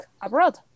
abroad